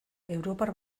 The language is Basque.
europar